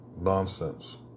nonsense